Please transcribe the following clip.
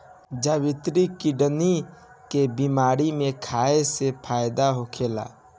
जावित्री किडनी के बेमारी में खाए से फायदा होखेला